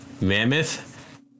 mammoth